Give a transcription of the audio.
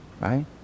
right